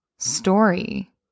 story